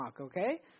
okay